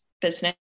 business